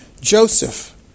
Joseph